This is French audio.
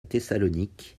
thessalonique